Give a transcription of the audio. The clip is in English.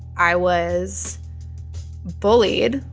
i was bullied,